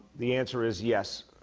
the answer is yes,